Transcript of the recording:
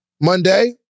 Monday